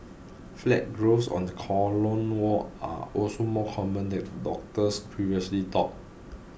flat growths on the colon wall are also more common than doctors previously thought